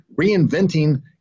reinventing